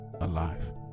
alive